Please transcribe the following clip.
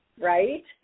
right